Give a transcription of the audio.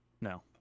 No